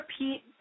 repeat